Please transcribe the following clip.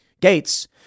Gates